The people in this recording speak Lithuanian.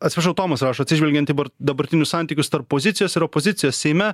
atsiprašau tomas rašo atsižvelgiant į dabartinius santykius tarp pozicijos ir opozicijos seime